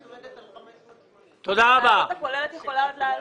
עומדת על 580. העלות הכוללת יכולה עוד לעלות.